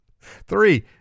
Three